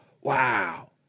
Wow